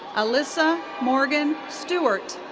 alyssa morgan stewart.